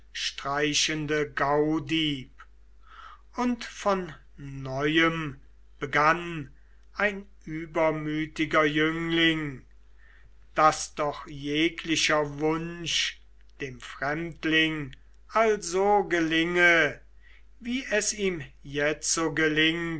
landdurchstreichende gaudieb und von neuem begann ein übermütiger jüngling daß doch jeglicher wunsch dem fremdling also gelinge wie es ihm